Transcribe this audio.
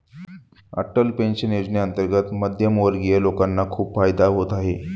Atal pension योजनेअंतर्गत मध्यमवर्गीय लोकांना खूप फायदा होत आहे